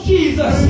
Jesus